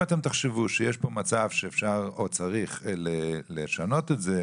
אם אתם תחשבו שיש פה מצב שאפשר או צריך לשנות את זה,